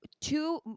two